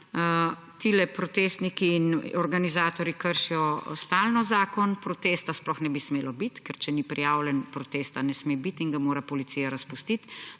tile protestniki in organizatorji kršijo stalno zakon. Protesta sploh ne bi smelo biti, ker če ni prijavljen, protesta ne sme biti in ga mora policija razpustiti,